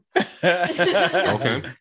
Okay